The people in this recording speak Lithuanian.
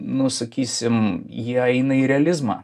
nu sakysim jie eina į realizmą